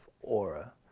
aura